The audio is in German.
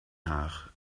haag